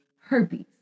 herpes